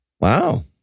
Wow